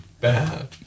bad